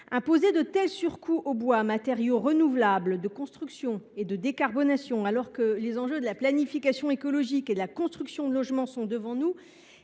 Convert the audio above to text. Imposer de tels surcoûts au bois, matériau renouvelable de construction et de décarbonation, alors que les enjeux de la planification écologique et de la construction de logements sont devant nous,